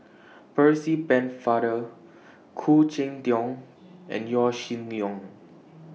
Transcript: Percy Pennefather Khoo Cheng Tiong and Yaw Shin Leong